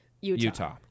Utah